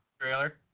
Trailer